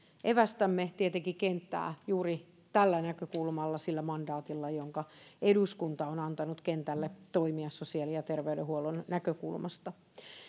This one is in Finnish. evästämme tietenkin kenttää juuri tällä näkökulmalla sillä mandaatilla jonka eduskunta on antanut kentälle toimia sosiaali ja terveydenhuollon näkökulmasta